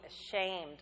ashamed